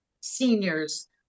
seniors